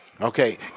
Okay